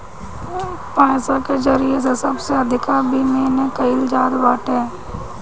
पईसा के जरिया से सबसे अधिका विमिमय कईल जात बाटे